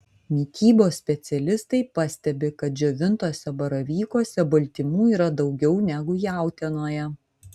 mitybos specialistai pastebi kad džiovintuose baravykuose baltymų yra daugiau negu jautienoje